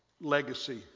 legacy